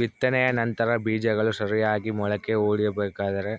ಬಿತ್ತನೆಯ ನಂತರ ಬೇಜಗಳು ಸರಿಯಾಗಿ ಮೊಳಕೆ ಒಡಿಬೇಕಾದರೆ